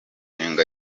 umushinga